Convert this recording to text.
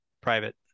private